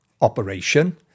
operation